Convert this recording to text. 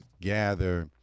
gather